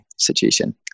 Situation